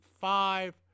five